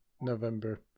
November